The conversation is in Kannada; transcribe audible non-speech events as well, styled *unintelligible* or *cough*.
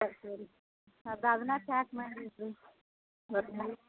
ಸರಿ ತೋರಿ ಅದು ಅದನ್ನ ಪ್ಯಾಕ್ ಮಾಡಿರಿ *unintelligible*